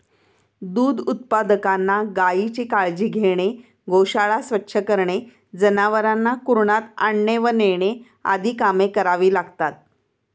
दूध उत्पादकांना गायीची काळजी घेणे, गोशाळा स्वच्छ करणे, जनावरांना कुरणात आणणे व नेणे आदी कामे करावी लागतात